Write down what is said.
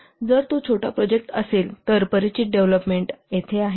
आणि जर तो छोटा प्रोजेक्ट असेल तर परिचित डेव्हलोपमेंट तेथे आहे